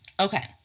Okay